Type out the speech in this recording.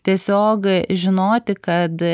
tiesiog žinoti kad